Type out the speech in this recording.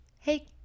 hey